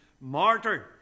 martyr